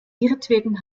ihretwegen